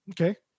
Okay